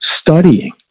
studying